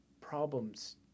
problems